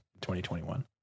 2021